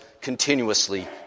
continuously